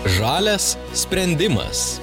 žalias sprendimas